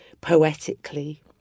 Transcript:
poetically